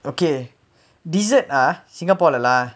okay dessert ah singapore lah